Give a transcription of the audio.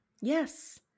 Yes